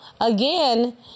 again